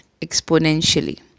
exponentially